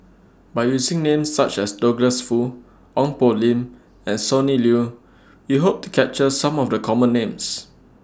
By using Names such as Douglas Foo Ong Poh Lim and Sonny Liew We Hope to capture Some of The Common Names